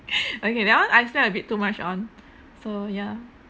okay that one I spend a bit too much on so ya